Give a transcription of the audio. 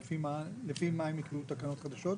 לפי מה הם יקבעו תקנות חדשות,